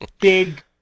big